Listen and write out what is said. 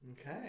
Okay